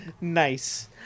Nice